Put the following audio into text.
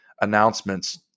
announcements